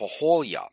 Poholia